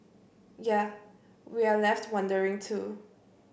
yea we're left wondering too